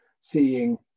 seeing